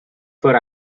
for